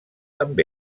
amb